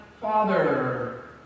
father